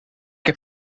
heb